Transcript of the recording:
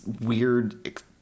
weird